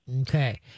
Okay